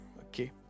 Okay